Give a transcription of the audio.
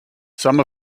some